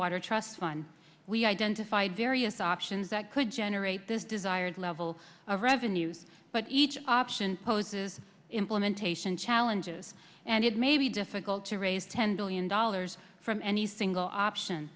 water trust fund we identified various options that could generate this desired level of revenues but each option poses implementation challenges and it may be difficult to raise ten billion dollars from any single option